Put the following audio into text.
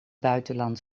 buitenland